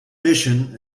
mission